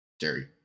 Jerry